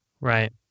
right